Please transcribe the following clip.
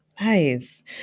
Nice